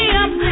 up